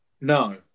No